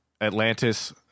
Atlantis